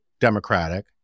Democratic